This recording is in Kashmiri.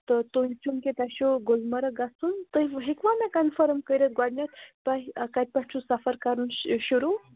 تہٕ تُہۍ چوٗنٛکہِ تۄہہِ چھو گُلمَرٕگ گژھُن تُہۍ ہٮ۪کوا مےٚ کَنفٲرٕم کٔرِتھ گۄڈٕنٮ۪تھ تۄہہِ کَتہِ پٮ۪ٹھ چھُو سَفَر کَرُن شہِ شروٗع